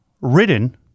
written